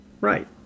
right